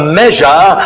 measure